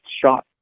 shot